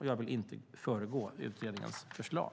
Jag vill inte föregå utredningens förslag.